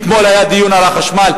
אתמול היה דיון על החשמל,